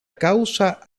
causa